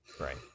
right